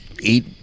eat